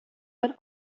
but